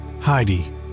Heidi